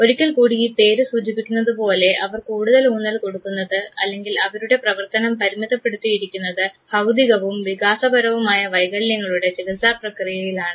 ഒരിക്കൽകൂടി ഈ പേര് സൂചിപ്പിക്കുന്നതുപോലെ അവർ കൂടുതൽ ഊന്നൽ കൊടുക്കുന്നത് അല്ലെങ്കിൽ അവരുടെ പ്രവർത്തനം പരിമിത പെടുത്തിയിരിക്കുന്നത് ബൌദ്ധികവും വികാസപരവുമായ വൈകല്യങ്ങളുടെ ചികിത്സാ പ്രക്രിയയിലാണ്